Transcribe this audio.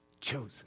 chosen